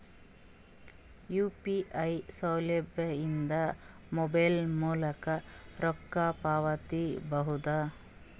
UPI ಸೌಲಭ್ಯ ಇಂದ mobile ಮೂಲಕ ರೊಕ್ಕ ಪಾವತಿಸ ಬಹುದಾ?